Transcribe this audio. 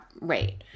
rate